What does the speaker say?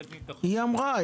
היא אמרה,